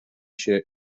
się